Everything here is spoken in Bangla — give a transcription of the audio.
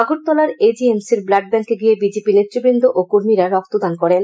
আগরতলার এ জি এম সি র ব্লাড ব্যাঙ্কে গিয়ে বিজেপি নেতৃবৃন্দ ও কর্মীরা রক্তদান করেন